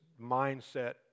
mindset